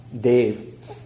Dave